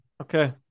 Okay